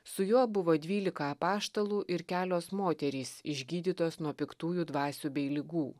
su juo buvo dvylika apaštalų ir kelios moterys išgydytos nuo piktųjų dvasių bei ligų